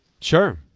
Sure